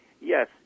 Yes